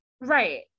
Right